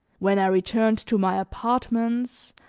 when i returned to my apartments,